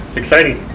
exciting.